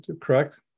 correct